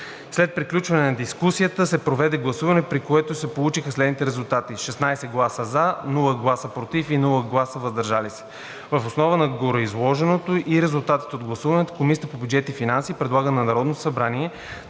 След приключване на дискусията се проведе гласуване, при което се получиха следните резултати: 16 гласа „за“, без „против“ и „въздържал се“. Въз основа на гореизложеното и резултатите от гласуването, Комисията по бюджет и финанси предлага на Народното събрание